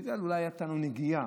בגלל שאולי הייתה לו נגיעה,